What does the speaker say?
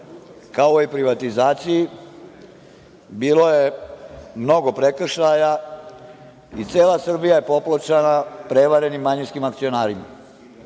ovoj privatizaciji bilo mnogo prekršaja. Cela Srbija je popločana prevarenim manjinskim akcionarima.